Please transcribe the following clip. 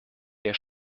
der